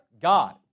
God